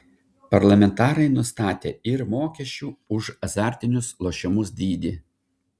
parlamentarai nustatė ir mokesčių už azartinius lošimus dydį